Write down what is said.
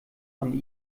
von